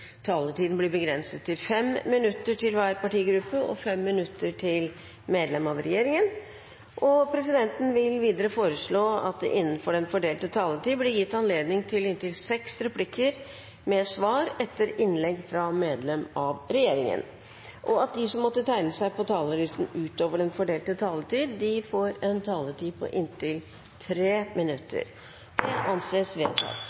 taletiden blir begrenset til 5 minutter til hver partigruppe og 5 minutter til medlem av regjeringen. Videre vil presidenten foreslå at det blir gitt anledning til inntil seks replikker med svar etter innlegg fra medlem av regjeringen innenfor den fordelte taletid, og at de som måtte tegne seg på talerlisten utover den fordelte taletid, får en taletid på inntil 3 minutter. – Det anses vedtatt.